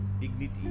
dignity